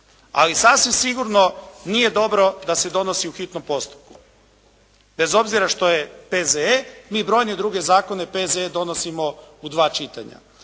Ali sasvim sigurno nije dobro da se donosi u hitnom postupku, bez obzira što je P.Z.E. mi brojne druge zakone P.Z.E. donosimo u dva čitanja.